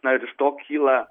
na ir iš to kyla